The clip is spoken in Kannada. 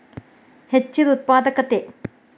ಹೆಚ್ಚಿದ ಉತ್ಪಾದಕತೆ